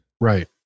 Right